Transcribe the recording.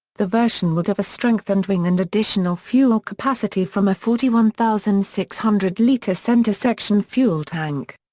the version would have a strengthened wing and additional fuel capacity from a forty one thousand six hundred litre centre section fuel tank.